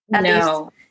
No